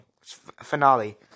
finale